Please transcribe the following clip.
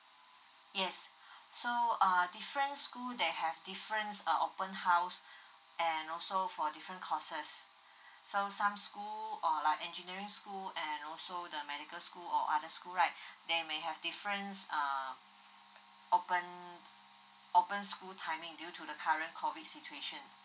yes so err different school they have difference uh open house and also for different courses so some school or like engineering school and also the medical school or other school right they may have difference err open open school timing due to the current COVID situation